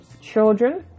children